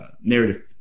narrative